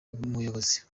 umuyobozi